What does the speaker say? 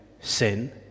sin